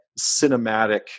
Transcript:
cinematic